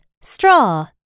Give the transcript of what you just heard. straw